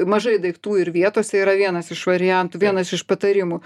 mažai daiktų ir vietose yra vienas iš variantų vienas iš patarimų